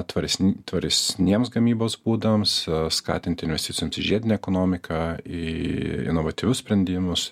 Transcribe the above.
tvaresnį tolesniems gamybos būdams skatint investicijoms į žiedinę ekonomiką į inovatyvius sprendimus